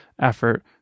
effort